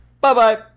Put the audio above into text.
Bye-bye